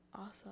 awesome